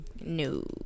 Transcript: No